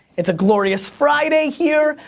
it's a glorious friday here,